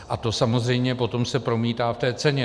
A to samozřejmě potom se promítá v ceně.